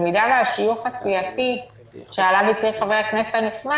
במידה והשיוך הסיעתי שעליו הצהיר חבר הכנסת הנכנס